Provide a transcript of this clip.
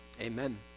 Amen